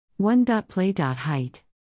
1.play.Height